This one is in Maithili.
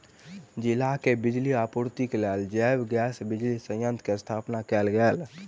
जिला के बिजली आपूर्तिक लेल जैव गैस बिजली संयंत्र के स्थापना कयल गेल